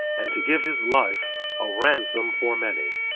and to give his life a ransom for many.